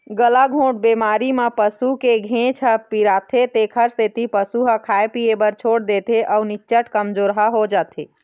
गलाघोंट बेमारी म पसू के घेंच ह पिराथे तेखर सेती पशु ह खाए पिए बर छोड़ देथे अउ निच्चट कमजोरहा हो जाथे